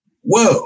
whoa